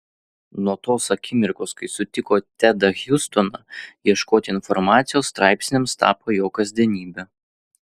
nuo tos akimirkos kai sutiko tedą hjustoną ieškoti informacijos straipsniams tapo jo kasdienybe